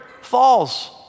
falls